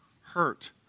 hurt